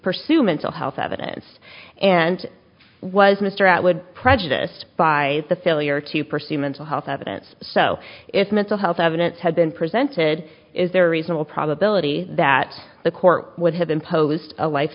pursue mental health evidence and was mr out would prejudice by the failure to pursue mental health evidence so if a mental health evidence had been presented is there a reasonable probability that the court would have imposed a life